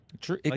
True